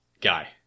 guy